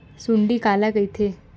सुंडी काला कइथे?